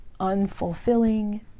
unfulfilling